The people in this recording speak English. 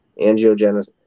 Angiogenesis